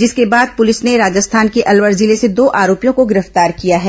जिसर्क बाद पुलिस ने राजस्थान के अलवर जिले से दो आरोपियों को गिरफ्तार किया है